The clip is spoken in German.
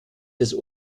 des